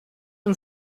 and